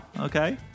Okay